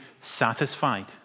satisfied